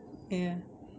ya